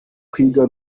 kwiga